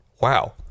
wow